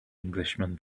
englishman